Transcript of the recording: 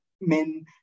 men